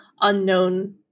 unknown